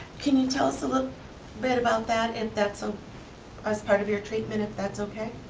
can you tell us a little bit about that and that so as part of your treatment if that's okay.